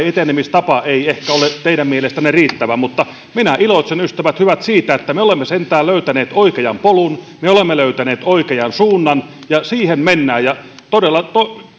etenemistapa eivät ehkä ole teidän mielestänne riittäviä mutta minä iloitsen ystävät hyvät siitä että me olemme sentään löytäneet oikean polun me olemme löytäneet oikean suunnan ja siihen mennään